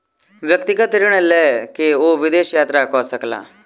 व्यक्तिगत ऋण लय के ओ विदेश यात्रा कय सकला